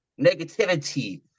negativity